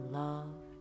love